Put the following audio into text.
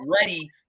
ready